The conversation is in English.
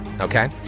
okay